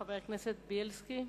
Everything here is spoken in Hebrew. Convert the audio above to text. חבר הכנסת זאב בילסקי,